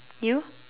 you